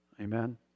Amen